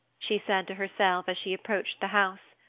she said to herself as she approached the house.